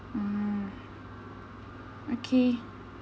oh okay